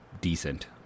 decent